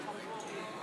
בעד מי עוד?